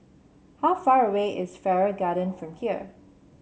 how far away is Farrer Garden from here